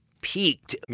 Peaked